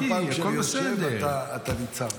כל פעם שאני יושב, אתה נמצא.